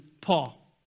Paul